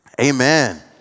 Amen